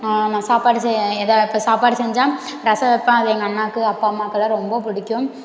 நான் சாப்பாடு செய்ய எதா இப்போ சாப்பாடு செஞ்சால் ரசம் வைப்பேன் அது எங்கள் அண்ணாக்கு அப்பா அம்மாக்கெல்லாம் ரொம்ப பிடிக்கும்